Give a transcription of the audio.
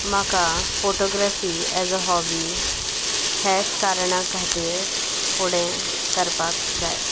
म्हाका photography as a hobby हेच कारणा खातीर फुडें करपाक जाय